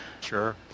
Sure